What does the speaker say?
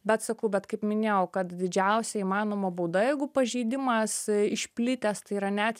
bet sakau bet kaip minėjau kad didžiausia įmanoma bauda jeigu pažeidimas išplitęs tai yra net